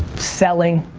selling,